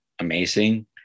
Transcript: amazing